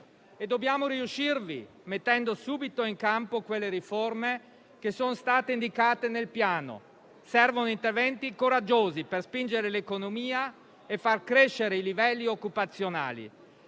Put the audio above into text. Dobbiamo riuscirvi mettendo subito in campo quelle riforme che sono state indicate nel Piano. Servono interventi coraggiosi per spingere l'economia e far crescere i livelli occupazionali.